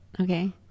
okay